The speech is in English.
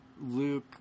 Luke